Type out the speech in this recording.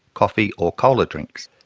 coffee or cola drinks.